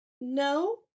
No